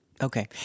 Okay